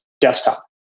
desktop